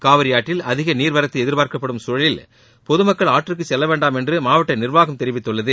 காவிரி ஆற்றில் அதிக நீர் வரத்து எதிர்பார்க்கப்படும் சூழலில் பொது மக்கள் ஆற்றுக்கு செல்ல வேண்டாம் என்று மாவட்ட நிர்வாகம் தெரிவித்துள்ளது